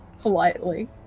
Politely